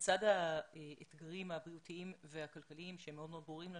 שלצד האתגרים הבריאותיים והכלכליים שהם מאוד ברורים לנו,